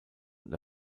und